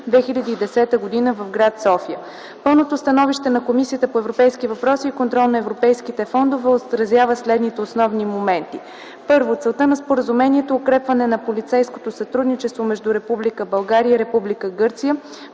2010 г. в гр. София. Пълното становище на Комисията по европейските въпроси и контрол на европейските фондове отразява следните основни моменти: 1. Целта на споразумението е укрепване на полицейското сътрудничество между Република